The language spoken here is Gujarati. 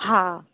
હા